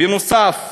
בנוסף,